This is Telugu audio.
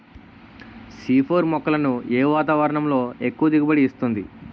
సి ఫోర్ మొక్కలను ఏ వాతావరణంలో ఎక్కువ దిగుబడి ఇస్తుంది?